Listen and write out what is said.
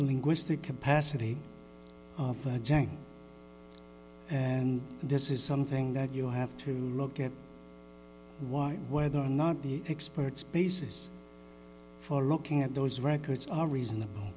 linguistic capacity and this is something that you have to look at why whether or not the experts basis for looking at those records are reasonable